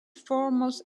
foremost